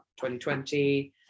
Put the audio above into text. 2020